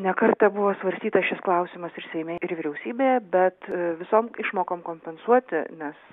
ne kartą buvo svarstytas šis klausimas ir seime ir vyriausybėje bet visom išmokom kompensuoti nes